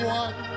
one